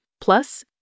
Plus